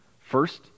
First